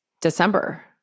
December